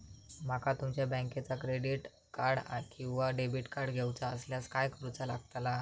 माका तुमच्या बँकेचा क्रेडिट कार्ड किंवा डेबिट कार्ड घेऊचा असल्यास काय करूचा लागताला?